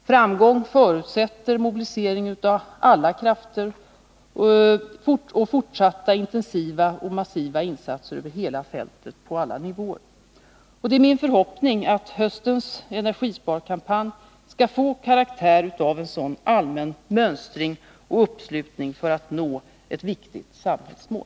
Framgång förutsätter mobilisering av alla krafter och fortsatta intensiva och massiva insatser över hela fältet — på alla nivåer. Det är min förhoppning att höstens energisparkampanj skall få karaktär av en sådan allmän mönstring och uppslutning för att nå ett viktigt samhällsmål.